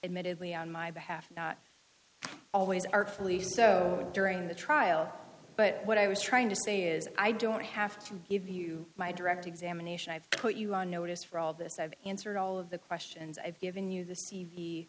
admittedly on my behalf not always artfully so during the trial but what i was trying to say is i don't have to give you my direct examination i've put you on notice for all this i've answered all of the questions i've given